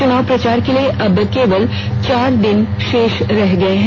चुनाव प्रचार के लिए अब केवल चार दिन शेष रह गए हैं